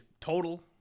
Total